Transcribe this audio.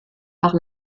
par